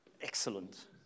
excellent